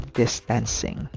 distancing